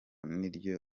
niryo